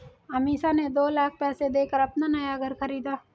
अमीषा ने दो लाख पैसे देकर अपना नया घर खरीदा